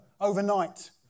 overnight